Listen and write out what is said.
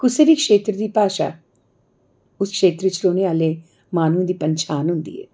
कुसै बी क्षेत्र दी भाशा उस क्षेत्र च रौहने आहले माहनू दी पंछान होंदी ऐ